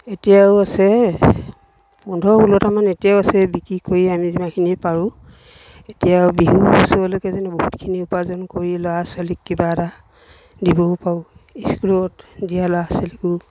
এতিয়াও আছে পোন্ধৰ ষোল্লটামান এতিয়াও আছে বিক্ৰী কৰি আমি যিমানখিনি পাৰোঁ এতিয়াও বিহু ওচৰলৈকে যেন বহুতখিনি উপাৰ্জন কৰি ল'ৰা ছোৱালীক কিবা এটা দিবও পাৰোঁ স্কুলত দিয়া ল'ৰা ছোৱালীকো